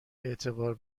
اعتبار